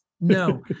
No